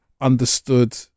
understood